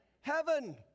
heaven